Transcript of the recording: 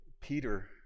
Peter